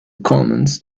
commands